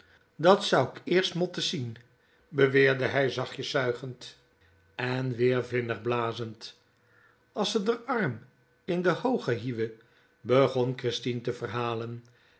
dat zou k eerst motte zien beweerde hij zachtjes zuigend en weer vinnig blazend as ze d'r arm in de hoogte hiewe begon christien te verhalen